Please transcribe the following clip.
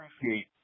appreciate